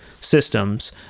systems